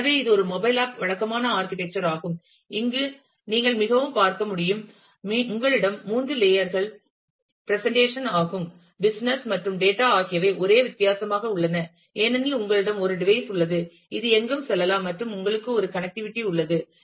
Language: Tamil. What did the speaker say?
எனவே இது ஒரு மொபைல் ஆப் வழக்கமான ஆர்க்கிடெக்சர் ஆகும் இங்கு நீங்கள் மீண்டும் பார்க்க முடியும் உங்களிடம் மூன்று லேயர் கள் பிரசெண்டேஷன் ஆகும் பிசினஸ் மற்றும் டேட்டா ஆகியவை ஒரே வித்தியாசமாக உள்ளன ஏனெனில் உங்களிடம் ஒரு டிவைஸ் உள்ளது இது எங்கும் செல்லலாம் மற்றும் உங்களுக்கு ஒரு கனெக்டிவிட்டி உள்ளது